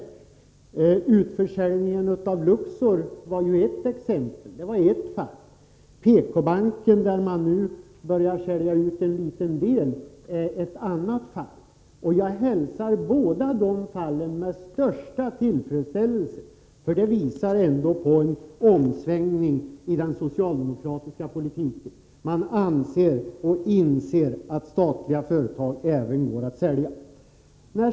Utförsäljningen av Luxor var ju ett exempel, ett fall. PK-banken, där man nu börjar sälja ut en liten del, är ett annat fall. Jag hälsar båda dessa fall med största tillfredsställelse, för de visar trots allt på en omsvängning i den socialdemokratiska politiken. Man anser och inser att statliga företag även går att sälja.